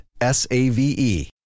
S-A-V-E